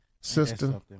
Sister